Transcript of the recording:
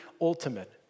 ultimate